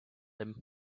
him